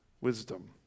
wisdom